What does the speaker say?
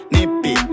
Nippy